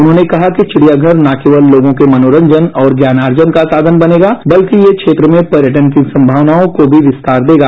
उन्होंने कहा कि चिड़ियाघर न केवल लोगों के मनोरंजन और ज्ञानार्जन का साधन बनेगा बल्कि यह क्षेत्र में पर्यटन की संभावनायों को भी विस्तार देगा